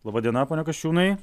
laba diena pone kasčiūnai